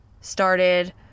started